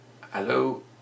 Hello